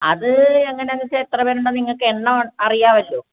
അത് എങ്ങനെയാണെന്നുവെച്ചാൽ എത്ര പേരുണ്ടെന്ന് നിങ്ങൾക്ക് എണ്ണം അറിയാമല്ലോ